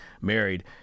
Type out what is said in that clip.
married